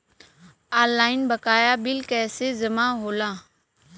Online बकाया bill कैसे जमा होला?